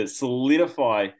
solidify